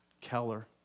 Keller